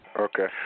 Okay